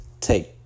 take